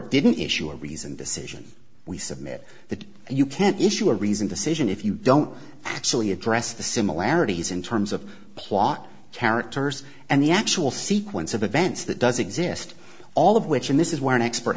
didn't issue a reasoned decision we submit that you can't issue a reasoned decision if you don't actually address the similarities in terms of plot characters and the actual sequence of events that does exist all of which and this is where an expert